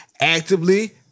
actively